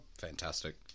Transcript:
Fantastic